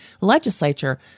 legislature